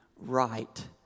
right